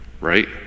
right